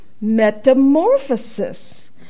metamorphosis